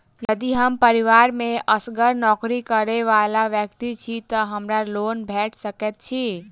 यदि हम परिवार मे असगर नौकरी करै वला व्यक्ति छी तऽ हमरा लोन भेट सकैत अछि?